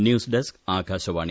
news desk Akashvani